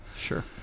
Sure